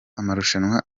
amarushanwa